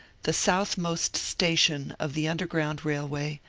the southmost station of the underground railway,